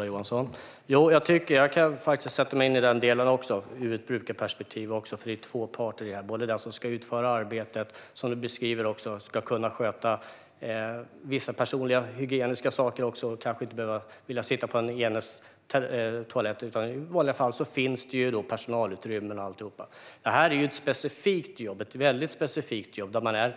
Herr talman! Jag kan faktiskt sätta mig in i den delen också ur ett brukarperspektiv. Det finns ju två parter i detta. Den ena parten är personen som ska utföra arbetet och som, precis som du beskriver, ska kunna sköta vissa personliga hygieniska saker och kanske inte vill sitta på brukarens toalett. I vanliga fall finns det personalutrymmen. Detta är ett väldigt specifikt jobb, där man är